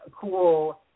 cool